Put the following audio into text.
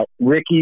Ricky